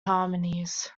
harmonies